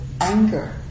anger